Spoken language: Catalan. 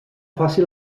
faci